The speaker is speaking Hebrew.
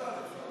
אל תעלה.